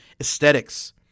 aesthetics